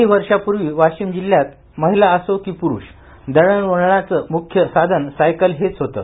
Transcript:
काही वर्षापूर्वी वाशिम जिल्ह्यात महिला असो की पुरुष दळणवळणाच मुख्य साधन सायकल हेच होतं